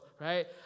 right